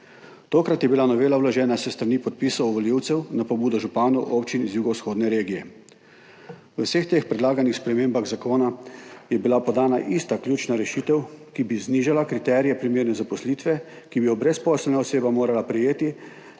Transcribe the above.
Tokrat je bila novela vložena s strani podpisov volivcev na pobudo županov občin iz Jugovzhodne regije. V vseh teh predlaganih spremembah zakona je bila podana ista ključna rešitev, ki bi znižala kriterije primerne zaposlitve, ki bi jo brezposelna oseba morala sprejeti,